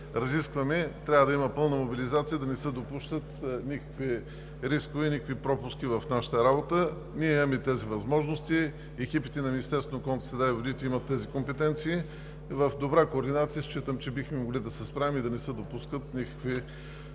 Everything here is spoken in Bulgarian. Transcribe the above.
разискваме, трябва да има пълна мобилизация и да не се допускат никакви рискове, никакви пропуски в нашата работа. Екипите на Министерството на околната среда и водите имат тези компетенции, в добра координация сме и считам, че бихме могли да се справим и да не се допускат никакви